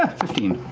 fifteen.